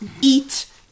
eat